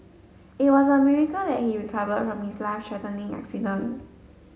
it was a miracle that he recovered from his life threatening accident